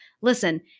listen